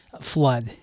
flood